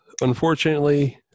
unfortunately